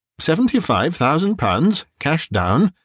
seventy-five thousand pounds, cash down,